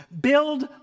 Build